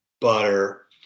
butter